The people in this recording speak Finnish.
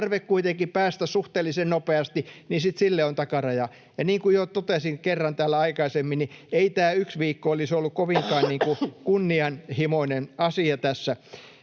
tarve kuitenkin päästä suhteellisen nopeasti, ja sitten sille on takaraja. Niin kuin jo totesin täällä kerran aikaisemmin, niin ei tämä yksi viikko olisi ollut kovinkaan kunnianhimoinen asia tässä.